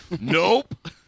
Nope